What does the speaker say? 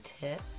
tip